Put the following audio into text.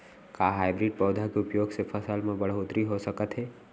का हाइब्रिड पौधा के उपयोग से फसल म बढ़होत्तरी हो सकत हे?